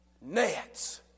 nets